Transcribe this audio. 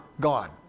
gone